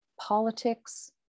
politics